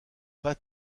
pat